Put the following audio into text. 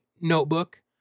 notebook